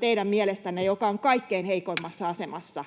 teidän mielestänne se väestöryhmä, joka on kaikkein heikoimmassa asemassa.